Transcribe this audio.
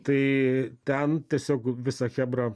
tai ten tiesiog visa chebra